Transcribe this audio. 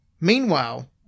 Meanwhile